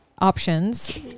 Options